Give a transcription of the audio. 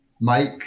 Mike